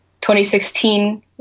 2016